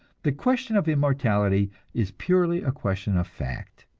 the question of immortality is purely a question of fact.